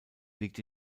liegt